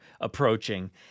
approaching